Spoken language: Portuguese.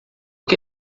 que